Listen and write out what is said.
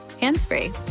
hands-free